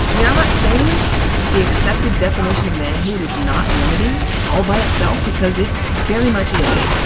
i'm yeah i'm not saying that the accepted definition of manhood is not limiting all by itself, because it very much is.